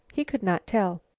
he could not tell.